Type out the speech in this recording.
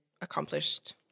accomplished